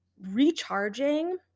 Recharging